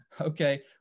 okay